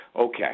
okay